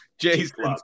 Jason